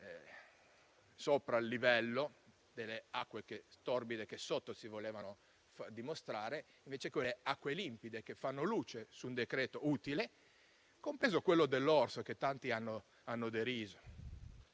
sopra il livello delle acque torbide che sotto si volevano dimostrare, quelle acque limpide che fanno luce su un decreto utile, compreso quello dell'orso, che tanti hanno deriso.